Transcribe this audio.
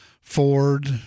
Ford